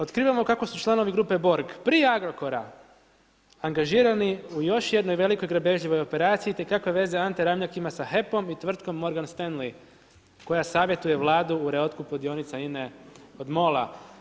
Otkrivamo kako su članovi grupe Borg prije Agrokora angažirani u još jednoj velikoj grabežljivoj operaciji te kakve veze Ante Ramljak ima sa HEP-om i tvrtkom Morgan Stanley koja savjetuje Vladu u reotkupu dionica INA-e od MOL-a.